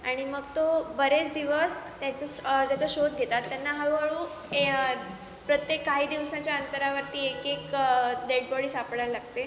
आणि मग तो बरेच दिवस त्याचं स् त्याचा शोध घेतात त्यांना हळूहळू ए प्रत्येक काही दिवसाच्या अंतरावरती एक एक डेड बॉडी सापडायला लागते